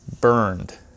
burned